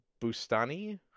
Bustani